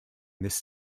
this